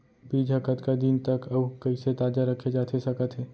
बीज ह कतका दिन तक अऊ कइसे ताजा रखे जाथे सकत हे?